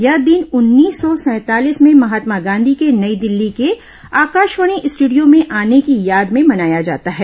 यह दिन उन्नीस सौ सैंतालीस में महात्मा गांधी के नई दिल्ली के आकाशवाणी स्ट्रंडियो में आने की याद में मनाया जाता है